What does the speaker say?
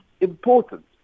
important